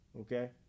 okay